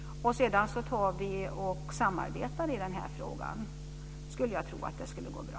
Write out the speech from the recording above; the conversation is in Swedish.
Sedan samarbetar vi i denna fråga. Jag skulle tro att det kommer att gå bra.